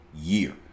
year